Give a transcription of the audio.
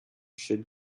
should